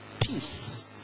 peace